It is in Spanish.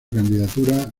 candidatura